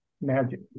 magic